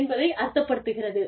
என்பதை அர்த்தப்படுத்துகிறது